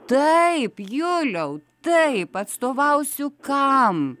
taip juliau taip atstovausiu kam